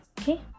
Okay